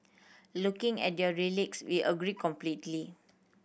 looking at their we agree completely